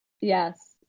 yes